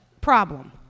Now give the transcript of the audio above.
problem